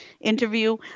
interview